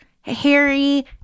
Harry